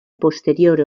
posterior